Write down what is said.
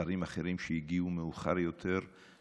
שרים אחרים שהגיעו מאוחר יותר,